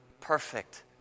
perfect